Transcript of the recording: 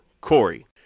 Corey